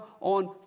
on